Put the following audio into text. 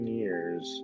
years